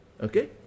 Okay